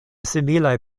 similaj